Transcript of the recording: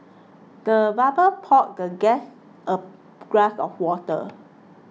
the butler poured the guest a glass of water